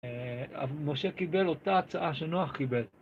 משה קיבל אותה הצעה שנוח קיבל.